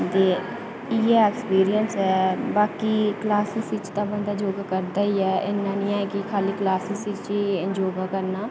ते इ'यै एक्सपीरियंस ऐ ते बाकी क्लॉसेज़ बिच योगा करदा ई ऐ इन्ना निं ऐ की खाली क्लॉसै बिच ई योगा करना